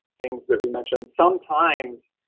things that we mentioned. sometimes,